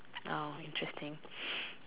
now interesting